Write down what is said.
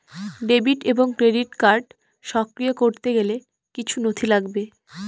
Debit এবং credit card সক্রিয় করতে গেলে কিছু নথি লাগবে?